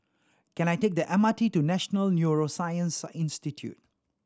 can I take the M R T to National Neuroscience Institute